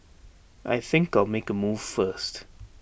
I think I'll make A move first